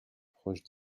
proche